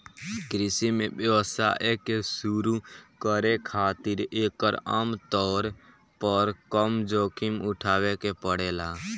कृषि में व्यवसाय के शुरू करे खातिर एकर आमतौर पर कम जोखिम उठावे के पड़ेला